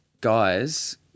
guys